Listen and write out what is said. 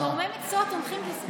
גורמי המקצוע תומכים בזה.